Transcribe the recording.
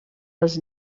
was